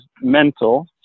mental